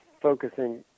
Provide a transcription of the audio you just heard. focusing